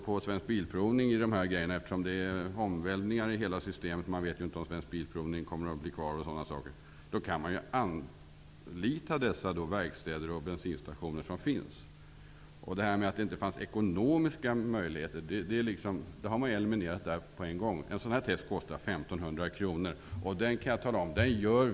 Om Svensk bilprovning inte vill investera i detta system -- på grund av omvälvningar i hela organisationen och osäkerhet om Svensk bilprovning blir kvar -- kan man anlita de verkstäder och bensinstationer som har detta. De ekonomiska hindren är eliminerade -- det här testet kostar 1 500 kr.